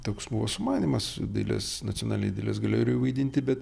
toks buvo sumanymas dailės nacionalinėj dailės galerijoj vaidinti bet